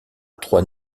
trois